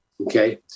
Okay